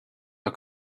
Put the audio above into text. are